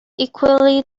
equally